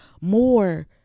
more